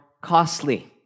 costly